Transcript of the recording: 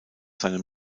seinem